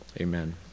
Amen